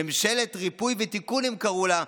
"ממשלת ריפוי ותיקון", כך הם קראו לה,